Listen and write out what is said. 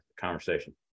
conversation